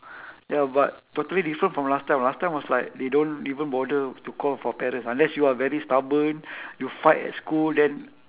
ya but totally different from last time last time was like they don't even bother to call for parents unless you are very stubborn you fight at school then